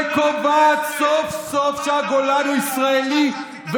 שקובעת סוף-סוף שהגולן הוא ישראלי,